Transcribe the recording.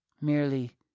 merely